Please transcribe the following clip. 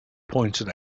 pointed